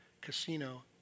casino